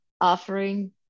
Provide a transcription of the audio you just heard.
offering